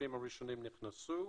הכספים הראשונים נכנסו,